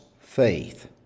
faith